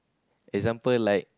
example like